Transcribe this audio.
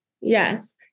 Yes